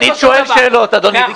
אני שואל שאלות, אדוני.